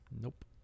Nope